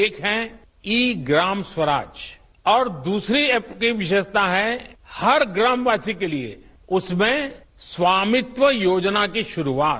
एक है ई ग्राम स्वराज और दूसरी ऐप की विशेषता है हर ग्रामवासी के लिए उसमें स्वामित्व योजना की शुरूआत